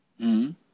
-hmm